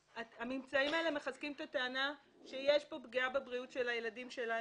הממצאים האלה מחזקים את הטענה שיש פה פגיעה בבריאות של הילדים שלנו.